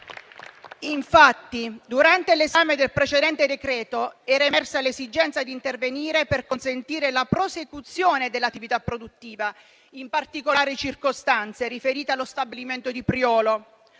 Infatti, durante l'esame del precedente decreto era emersa l'esigenza di intervenire per consentire la prosecuzione dell'attività produttiva in particolari circostanze, con riferimento allo stabilimento di Priolo.